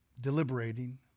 deliberating